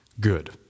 good